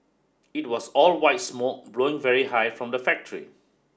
it was all white smoke blowing very high from the factory